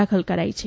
દાખલ કરાઈ છે